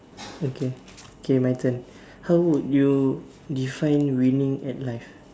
okay okay my turn how would you define winning at life